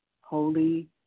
holy